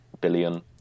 billion